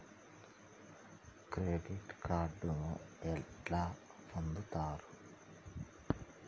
Credit కార్డులను ఎట్లా పొందుతరు?